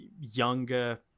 younger